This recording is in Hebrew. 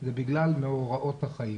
זה בגלל מאורעות החיים.